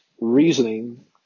reasoning